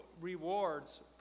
rewards